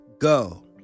go